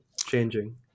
changing